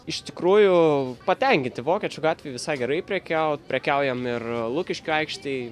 iš tikrųjų patenkinti vokiečių gatvėje visai gerai prekiauti prekiaujame ir lukiškių aikštėje